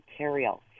material